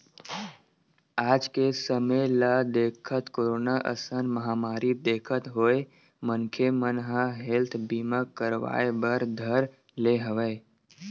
आज के समे ल देखत, कोरोना असन महामारी देखत होय मनखे मन ह हेल्थ बीमा करवाय बर धर ले हवय